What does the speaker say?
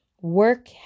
work